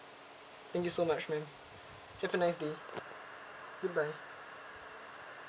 thank you so much ma'am have a nice goodbye